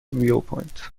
viewpoint